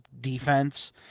defense